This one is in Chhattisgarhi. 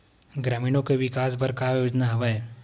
ग्रामीणों के विकास बर का योजना हवय?